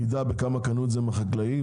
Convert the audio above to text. ידע בכמה קנו את המוצר מהחקלאים,